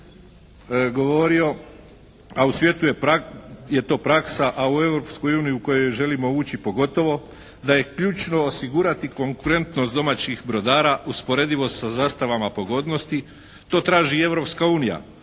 u svijetu je to praksa, a u Europskoj uniji u koju želimo ući pogotovo da je ključno osigurati konkurentnost domaćih brodara usporedivo sa zastavama pogodnosti. To traži i